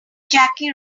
jackie